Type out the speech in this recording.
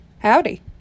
Howdy